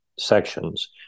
Sections